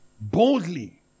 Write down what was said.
boldly